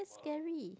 scary